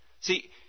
See